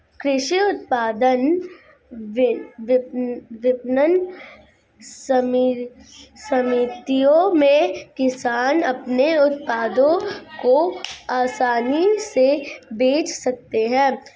कृषि उत्पाद विपणन समितियों में किसान अपने उत्पादों को आसानी से बेच सकते हैं